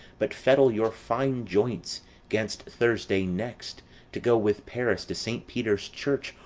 but fettle your fine joints gainst thursday next to go with paris to saint peter's church,